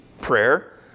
prayer